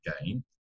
again